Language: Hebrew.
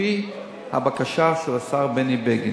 לפי הבקשה של השר בני בגין,